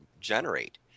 generate